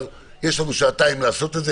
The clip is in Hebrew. יש לנו שעתיים לעשות זאת.